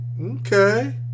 Okay